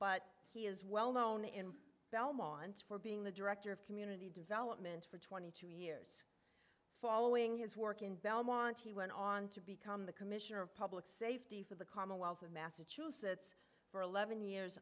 but he is well known in belmont for being the director of community development for two thousand following his work in belmont he went on to become the commissioner of public safety for the commonwealth of massachusetts for eleven years